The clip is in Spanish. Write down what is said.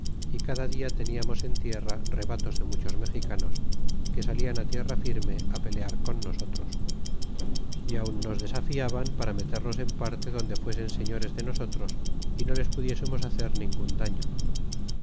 y cada dia teniamos en tierra rebatos de muchos mexicanos que salian tierra firme pelear con nosotros y aun nos desafiaban para meternos en parte donde fuesen señores de nosotros y no les pudiésemos hacer ningun daño